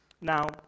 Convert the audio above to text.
Now